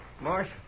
Marsh